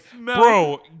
Bro